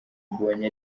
mbonye